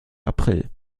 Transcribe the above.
april